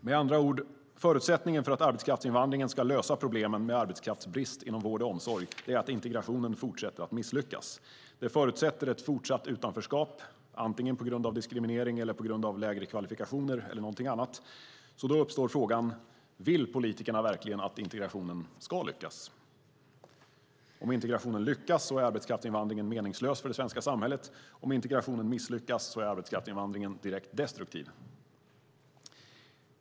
Med andra ord: En förutsättning för att arbetskraftsinvandringen ska lösa problemen med arbetskraftsbrist inom vård och omsorg är att integrationen fortsätter att misslyckas. Det förutsätter ett fortsatt utanförskap, antingen på grund av diskriminering eller på grund av lägre kvalifikationer exempelvis. Då uppstår frågan: Vill politikerna verkligen att integrationen ska lyckas? Om integrationen lyckas är arbetskraftsinvandringen meningslös för det svenska samhället. Om integrationen misslyckas är arbetskraftsinvandringen direkt destruktiv.